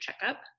checkup